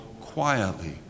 quietly